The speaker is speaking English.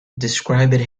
described